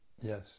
Yes